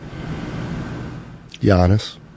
Giannis